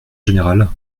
générale